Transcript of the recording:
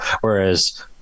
whereas